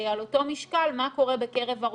על אותו משקל, מה קורה בקרב הרופאים?